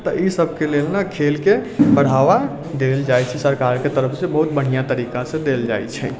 तऽ इसभके लेल ने खेलकेँ बढ़ाबा देल जाइत छै सरकारके तरफसँ बहुत बढ़िआँ तरीकासँ देल जाइत छै